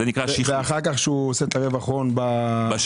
ואחר כך כשעושה את הרווח הון מהשני?